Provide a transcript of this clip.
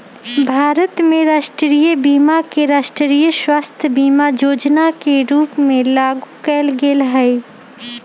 भारत में राष्ट्रीय बीमा के राष्ट्रीय स्वास्थय बीमा जोजना के रूप में लागू कयल गेल हइ